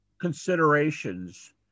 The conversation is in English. Considerations